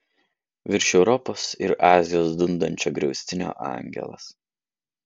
virš europos ir azijos dundančio griaustinio angelas